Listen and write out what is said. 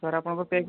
ସାରେ ଆପଣଙ୍କର ପେକ୍